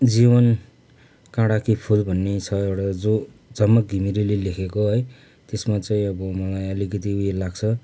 जीवन काँडा कि फुल भन्ने छ एउटा जो झमक घिमिरेले लेखेको है त्यसमा चाहिँ अब मलाई अलिकति उयो लाग्छ